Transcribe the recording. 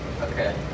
Okay